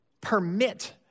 permit